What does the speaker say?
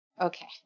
okay